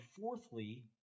fourthly